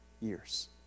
years